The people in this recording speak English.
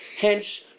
Hence